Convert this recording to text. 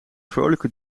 vrolijke